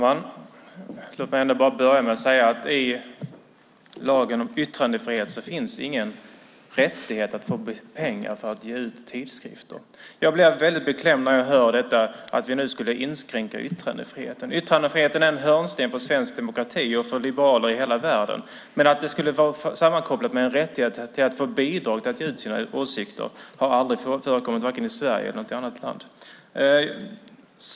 Herr talman! I lagen om yttrandefrihet finns ingen rättighet att få pengar för att ge ut tidskrifter. Jag blir beklämd när jag hör att vi nu skulle inskränka yttrandefriheten. Yttrandefriheten är en hörnsten för svensk demokrati och för liberala i hela världen. Att det skulle vara sammankopplat med en rättighet att få bidrag för att ge ut sina åsikter har aldrig förekommit vare sig i Sverige eller i något annat land.